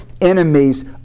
enemies